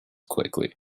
quickly